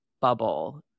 bubble